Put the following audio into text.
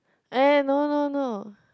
eh no no no